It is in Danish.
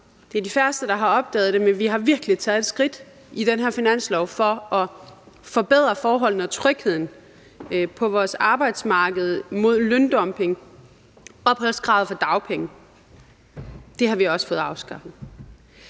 det er de færreste, der har opdaget det, men vi har virkelig taget et skridt i den her finanslov for at forbedre forholdene og trygheden på vores arbejdsmarked og mod løndumping. Opholdskravet for dagpenge har vi også fået afskaffet.